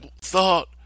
thought